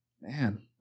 Man